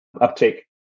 uptake